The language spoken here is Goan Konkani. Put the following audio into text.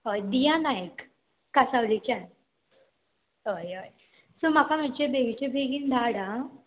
हय दिया नायक कांसावलेच्यान हय हय सो म्हाका मातशें बेगीचे बेगीन धाड आं